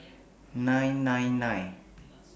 nine nine nine